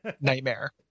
nightmare